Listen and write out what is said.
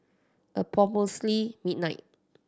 approximately midnight